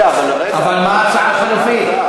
אבל מה ההצעה החלופית?